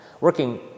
Working